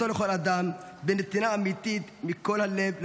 באהבתו לכל אדם ובנתינה אמיתית מכל הלב,